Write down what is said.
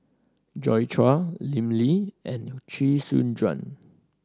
Joi Chua Lim Lee and Chee Soon Juan